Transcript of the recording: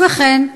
ובכן,